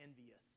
envious